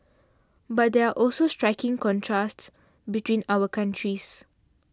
but there are also striking contrasts between our countries